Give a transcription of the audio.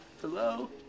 Hello